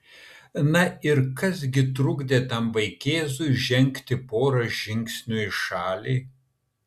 na ir kas gi trukdė tam vaikėzui žengti porą žingsnių į šalį